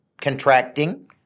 contracting